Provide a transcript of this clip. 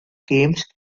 games